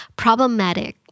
problematic